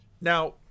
now